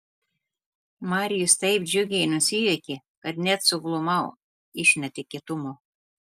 marijus taip džiugiai nusijuokė kad net suglumau iš netikėtumo